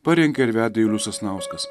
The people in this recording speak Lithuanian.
parengė ir vedė julius sasnauskas